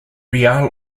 real